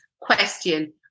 question